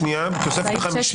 בתוספת החמישית.